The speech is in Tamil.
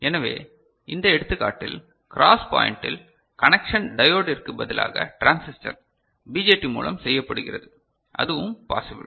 எனவே இந்த எடுத்துக்காட்டில் க்ராஸ் பாய்ண்டில் கனெக்சன் டையோடிற்கு பதிலாக டிரான்சிஸ்டர் பிஜேடி மூலம் செய்யப்படுகிறது அதுவும் பாசிபில்